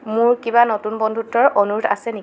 মোৰ কিবা নতুন বন্ধুত্বৰ অনুৰোধ আছে নি